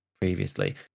previously